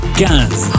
15